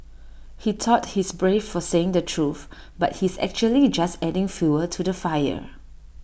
he thought he's brave for saying the truth but he's actually just adding fuel to the fire